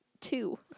two